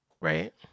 Right